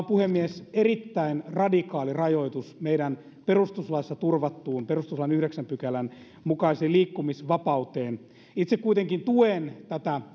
puhemies erittäin radikaali rajoitus meidän perustuslaissa turvattuun perustuslain yhdeksännen pykälän mukaiseen liikkumisvapauteemme itse kuitenkin tuen tätä